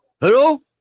Hello